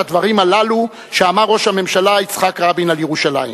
את הדברים הללו שאמר ראש הממשלה יצחק רבין על ירושלים?